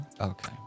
Okay